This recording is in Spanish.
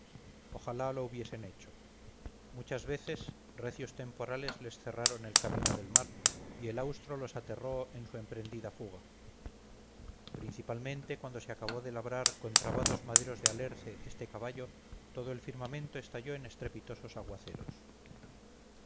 ojalá lo hubiesen hecho muchas veces recios temporales les cerraron el camino del mar y el austro los aterró en su emprendida fuga principalmente cuando se acabó de labrar con trabados maderos de alerce este caballo todo el firmamento estalló en estrepitosos aguaceros